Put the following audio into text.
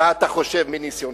מה אתה חושב, מניסיונך?